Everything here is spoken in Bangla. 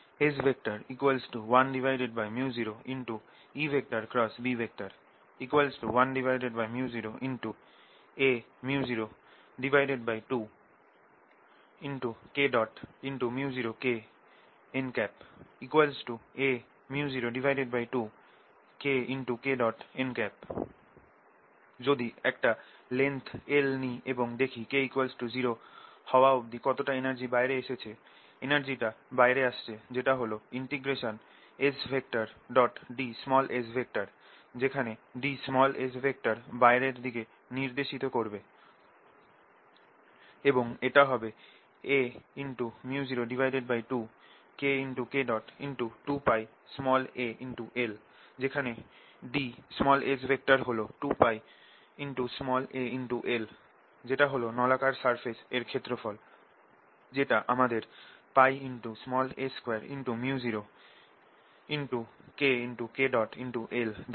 S 1µ0EB 1µ0aµ02Kµ0Kn aµ02KKn যদি একটা লেংথ l নি এবং দেখি K 0 হওয়া অবধি কতটা এনার্জি বাইরে এসেছে এনার্জি যেটা বাইরে আসছে সেটা হল Sds যেখানে ds বাইরের দিকে নির্দেশিত করবে এবং এটা হবে aµ02KK×2πal যেখানে ds হল 2πal যেটা হল নলাকার সারফেস এর ক্ষেত্রফল যেটা আমাদের a2µ0 KKl দেয়